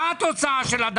מה התוצאה של זה